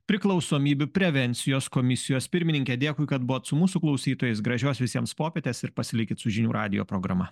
priklausomybių prevencijos komisijos pirmininkė dėkui kad buvot su mūsų klausytojais gražios visiems popietės ir pasilikit su žinių radijo programa